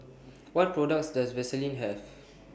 What products Does Vaselin Have